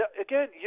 Again